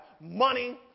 money